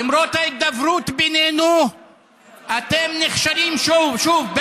למרות ההידברות בינינו אתם נכשלים שוב ושוב.